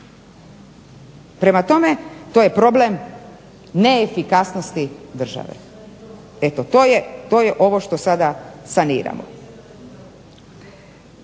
Prema tome to je problem neefikasnosti države. Eto to je ovo što sada saniramo.